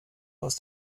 aus